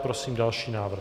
Prosím další návrh.